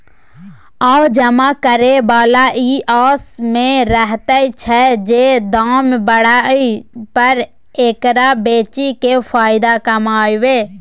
आ जमा करे बला ई आस में रहैत छै जे दाम बढ़य पर एकरा बेचि केँ फायदा कमाएब